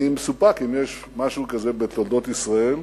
אני מסופק אם יש משהו כזה בתולדות ישראל,